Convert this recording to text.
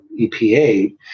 EPA